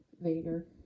Vader